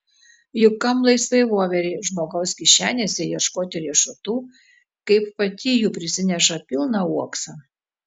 juk kam laisvai voverei žmogaus kišenėse ieškoti riešutų kaip pati jų prisineša pilną uoksą